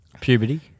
Puberty